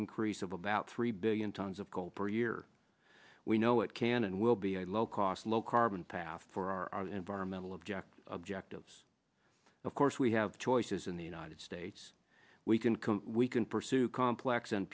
increase of about three billion tonnes of coal per year we know it can and will be a low cost low carbon path for our environmental objective objectives of course we have choices in the united states we can come we can pursue complex and